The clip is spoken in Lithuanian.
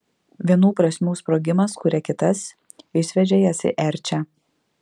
vienų prasmių sprogimas kuria kitas išsviedžia jas į erčią